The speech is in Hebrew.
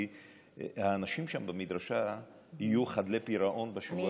כי האנשים שם במדרשה יהיו חדלי פירעון בשבוע הבא,